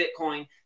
Bitcoin